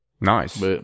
Nice